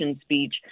speech